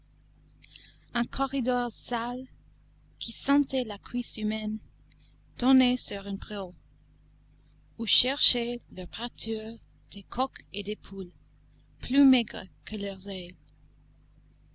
un corridor sale qui sentait la cuisse humaine donnait sur un préau où cherchaient leur pâture des coqs et des poules plus maigres que leurs ailes